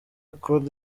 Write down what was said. ukora